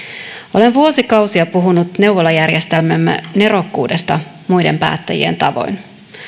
olen vuosikausia puhunut neuvolajärjestelmämme nerokkuudesta muiden päättäjien tavoin